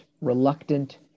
reluctant